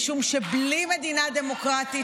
משום שבלי מדינה דמוקרטית,